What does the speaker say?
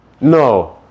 No